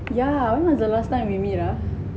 yeah when the last time we meet ah